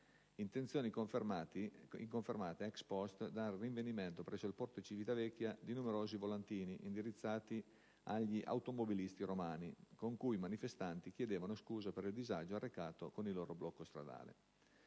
risultavano confermate *ex post* dal rinvenimento presso il porto di Civitavecchia di numerosi volantini indirizzati agli automobilisti romani, con cui i manifestanti chiedevano scusa per il disagio arrecato con il blocco stradale.